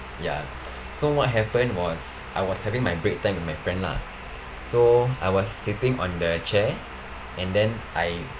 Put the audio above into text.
ya so what happened was I was having my break time with my friend lah so I was sitting on the chair and then I